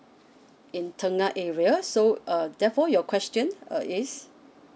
in tengah area so uh therefore your questions uh is